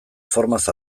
formaz